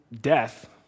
death